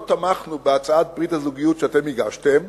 תמכנו בהצעת ברית הזוגיות שאתם הגשתם,